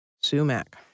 sumac